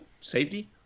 safety